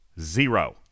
Zero